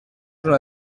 una